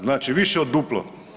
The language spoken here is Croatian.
Znači više od duplo.